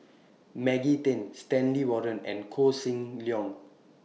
Maggie Teng Stanley Warren and Koh Seng Leong